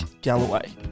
Galloway